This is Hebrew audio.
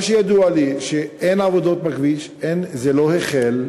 מה שידוע לי הוא שאין עבודות בכביש, זה לא החל,